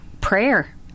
prayer